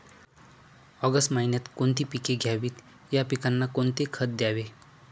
August महिन्यात कोणती पिके घ्यावीत? या पिकांना कोणते खत द्यावे?